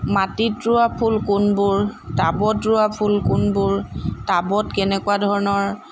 মাটিত ৰোৱা ফুল কোনবোৰ টাবত ৰোৱা ফুল কোনবোৰ টাবত কেনেকুৱা ধৰণৰ